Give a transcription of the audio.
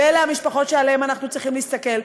ואלה המשפחות שעליהן אנחנו צריכים להסתכל,